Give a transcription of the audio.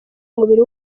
umubiri